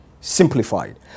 simplified